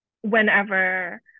whenever